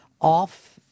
off